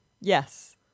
Yes